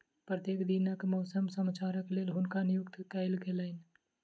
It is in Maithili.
प्रत्येक दिनक मौसम समाचारक लेल हुनका नियुक्त कयल गेलैन